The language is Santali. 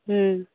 ᱦᱮᱸ